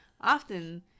often